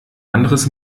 anderes